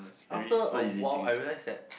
after awhile I realise that